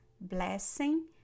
blessing